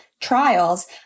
trials